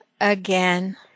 again